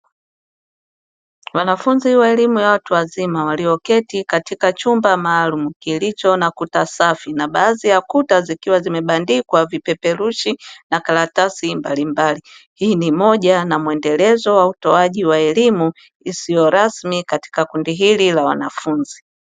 Wanafunzi wa elimu ya watu wazima walioketi katika chumba maalumu kilicho na kuta safi na baadhi ya kuta zikiwa zimebandikwa vipeperushi na karatasi mbalimbali. Hii ni moja na mwendelezo wa utoaji wa elimu isiyo rasmi katika kundi hili la wanafunzi.